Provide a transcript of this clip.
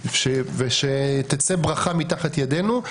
ושתצא ברכה מתחת ידינו.